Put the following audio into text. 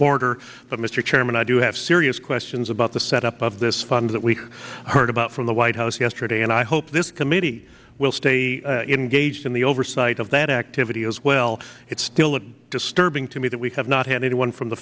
order but mister chairman i do have serious questions about the setup of this fund that we heard about from the white house yesterday and i hope this committee will stay engaged in the oversight of that activity as well it's still a disturbing to me that we have not had one from the